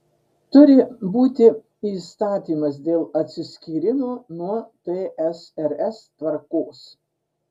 turi būti įstatymas dėl atsiskyrimo nuo tsrs tvarkos